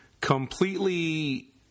completely